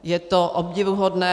Je to obdivuhodné.